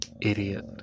idiot